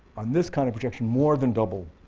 on this kind of projection, more than double